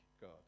God